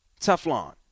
Teflon